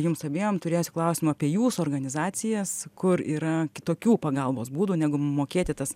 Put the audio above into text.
jums abiem turėsiu klausimų apie jūsų organizacijas kur yra kitokių pagalbos būdų negu mokėti tas